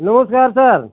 नम'स्कार सार